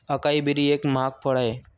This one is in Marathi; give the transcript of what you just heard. अकाई बेरी एक महाग फळ आहे